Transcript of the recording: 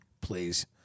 please